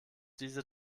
diese